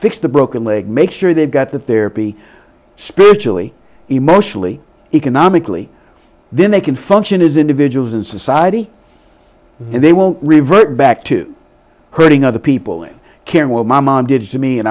the broken leg make sure they've got the therapy spiritually emotionally economically then they can function as individuals in society and they won't revert back to putting other people in care well my mom did to me and